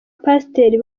pasiteri